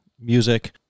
music